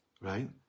right